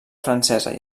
francesa